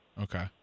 Okay